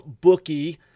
bookie